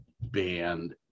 Band